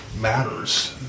matters